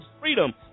freedom